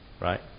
Right